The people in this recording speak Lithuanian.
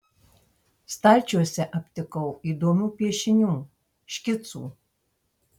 stalčiuose aptikau įdomių piešinių škicų